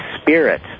spirit